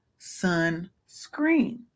sunscreen